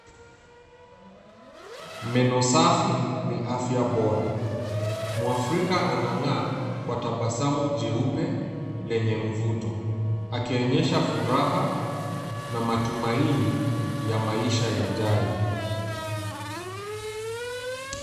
Meno safi ni afya bora. Mwafrika anang’aa kwa tabasamu jeupe lenye mvuto, akionyesha furaha na matumaini ya maisha yajayo.